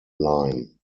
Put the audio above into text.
line